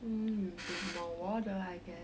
mm drink more water I guess